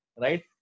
right